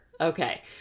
Okay